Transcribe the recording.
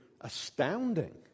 astounding